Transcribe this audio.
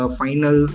final